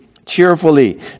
Cheerfully